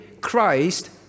Christ